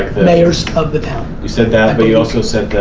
mayors of the town you said that, but you also said the,